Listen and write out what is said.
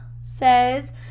says